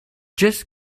just